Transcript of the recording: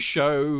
Show